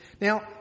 Now